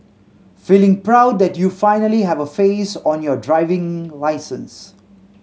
feeling proud that you finally have a face on your driver's license